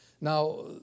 Now